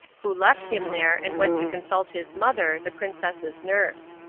who left him there and went to consult his mother, the princess's nurse.